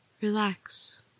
relax